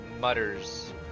mutters